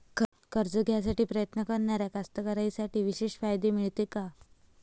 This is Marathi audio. कर्ज घ्यासाठी प्रयत्न करणाऱ्या कास्तकाराइसाठी विशेष फायदे मिळते का?